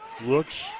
looks